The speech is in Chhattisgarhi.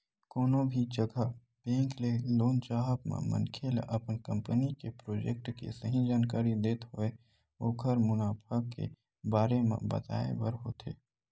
कोनो भी जघा बेंक ले लोन चाहब म मनखे ल अपन कंपनी के प्रोजेक्ट के सही जानकारी देत होय ओखर मुनाफा के बारे म बताय बर होथे